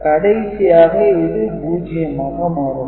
கடைசியாக இது 0 ஆக மாறும்